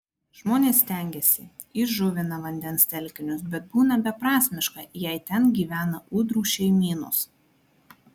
žmonės stengiasi įžuvina vandens telkinius bet būna beprasmiška jei ten gyvena ūdrų šeimynos